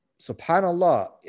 subhanAllah